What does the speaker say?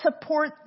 support